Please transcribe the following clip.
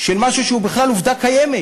של משהו שהוא בכלל עובדה קיימת.